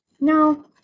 No